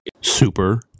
Super